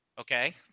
Okay